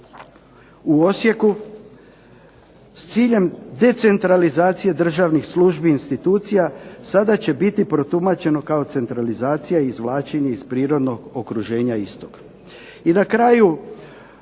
u Osijeku s ciljem decentralizacije i državnih službi i institucija, sada će biti protumačena kao centralizacija izvlačenje iz prirodnog okruženja istog.